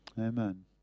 Amen